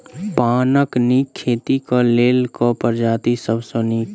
पानक नीक खेती केँ लेल केँ प्रजाति सब सऽ नीक?